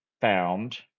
found